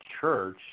church